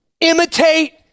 Imitate